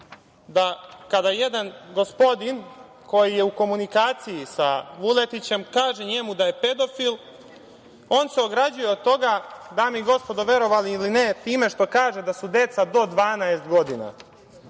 da kada jedan gospodin koji je u komunikaciji sa Vuletićem kaže njemu da je pedofil, on se ograđuje od toga, dame i gospodo, verovali ili ne, time što kaže da su deca do 12 godina.